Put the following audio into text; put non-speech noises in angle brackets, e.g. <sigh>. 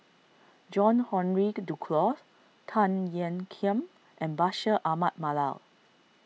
John Henry <noise> Duclos Tan Ean Kiam and Bashir Ahmad Mallal